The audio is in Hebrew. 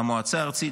והמועצה הארצית,